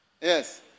Yes